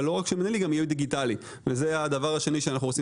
אבל לא רק מינהלי, הוא גם יהיה דיגיטלי.